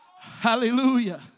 Hallelujah